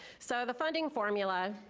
so the funding formula.